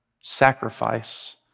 sacrifice